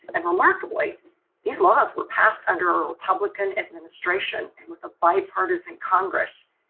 and remarkably these laws were passed under a republican administration and with a bipartisan congress.